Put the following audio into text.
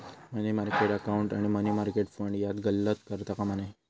मनी market account आणि money market fund यात गल्लत करता कामा नये